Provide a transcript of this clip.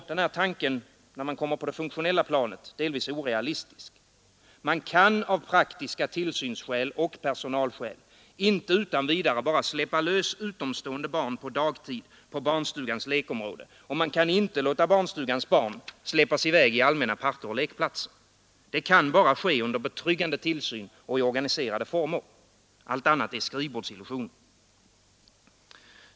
Tanken är också funktionellt orealistisk. Man kan av praktiska tillsynsskäl och personalskäl inte utan vidare släppa lös utomstående barn på dagtid på barnstugans lekområde, och man kan inte släppa i väg barnstugans barn till allmänna parker och lekplatser. Det kan bara ske under betryggande tillsyn och i organiserade former. Allt annat är skrivbordsillusioner.